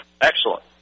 Excellent